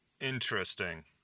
Interesting